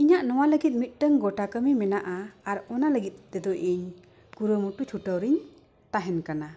ᱤᱧᱟᱹᱜ ᱱᱚᱣᱟ ᱞᱟᱹᱜᱤᱫ ᱢᱤᱫᱴᱟᱝ ᱜᱚᱴᱟ ᱠᱟᱹᱢᱤ ᱢᱮᱱᱟᱜᱼᱟ ᱟᱨ ᱚᱱᱟ ᱞᱟᱹᱜᱤᱫ ᱛᱮᱫᱚ ᱤᱧ ᱠᱩᱨᱩᱢᱩᱴᱩ ᱪᱷᱩᱴᱟᱹᱣ ᱨᱤᱧ ᱛᱟᱦᱮᱱ ᱠᱟᱱᱟ